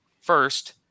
first